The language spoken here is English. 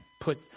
put